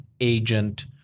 agent